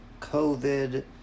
COVID